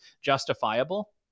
justifiable